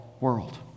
world